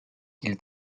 qu’il